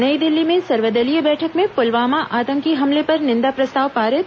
नई दिल्ली में सर्वदलीय बैठक में पुलवामा आतंकी हमले पर निंदा प्रस्ताव पारित